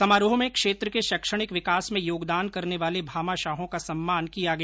समारोह में क्षेत्र के शैक्षणिक विकास में योगदान करने वाले भामाशाहों का सम्मान किया गया